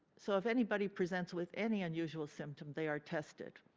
so if anybody presents with any unusual symptom, they are tested.